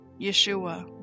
Yeshua